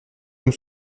nous